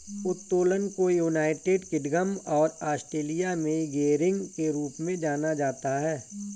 उत्तोलन को United Kingdom और ऑस्ट्रेलिया में गियरिंग के रूप में जाना जाता है